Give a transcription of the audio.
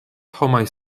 homaj